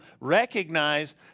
recognize